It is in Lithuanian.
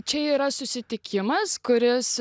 čia yra susitikimas kuris